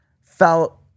felt